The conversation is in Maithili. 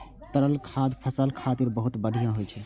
तरल खाद फसल खातिर बहुत बढ़िया होइ छै